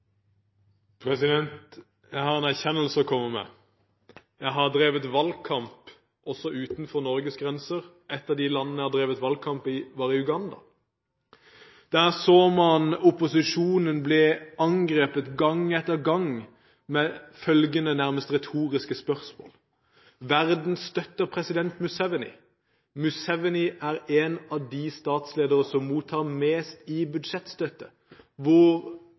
Jeg har en erkjennelse å komme med. Jeg har drevet valgkamp også utenfor Norges grenser. Et av de landene jeg har drevet valgkamp i, er i Uganda. Der så man at opposisjonen ble angrepet gang etter gang med følgende nærmest retoriske spørsmål: Verden støtter president Museveni. Museveni er en av de statsledere som mottar mest i budsjettstøtte. Hvor